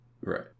Right